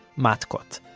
matkot,